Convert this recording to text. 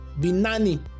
Binani